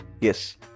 Yes